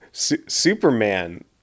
Superman